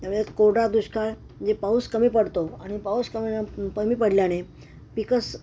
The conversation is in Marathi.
त्यामुळे कोरडा दुष्काळ जे पाऊस कमी पडतो आणि पाऊस कमी पडल्याने पीक